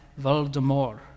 Voldemort